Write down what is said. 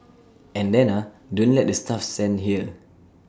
and then ah don't let the staff stand here